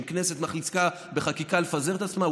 אם כנסת מחליטה בחקיקה לפזר את עצמה,